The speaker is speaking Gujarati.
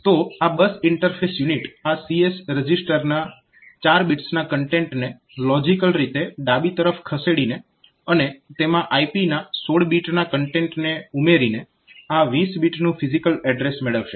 તો આ બસ ઈન્ટરફેસ યુનિટ આ CS રજીસ્ટરના 4 બિટ્સના કન્ટેન્ટને લોજીકલ રીતે ડાબી તરફ ખસેડીને અને તેમાં IP ના 16 બીટના કન્ટેન્ટને ઉમેરીને આ 20 બીટનું ફિઝીકલ એડ્રેસ મેળવશે